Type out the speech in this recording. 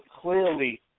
clearly